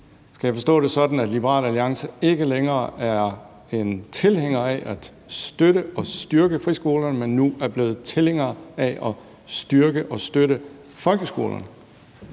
Skal jeg forstå det sådan, at Liberal Alliance ikke længere er tilhængere af at støtte og styrke friskolerne, men nu er blevet tilhængere af at styrke og støtte folkeskolerne?